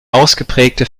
ausgeprägte